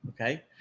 Okay